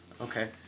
Okay